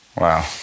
wow